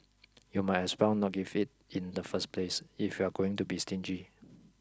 you might as well not give it in the first place if you're going to be stingy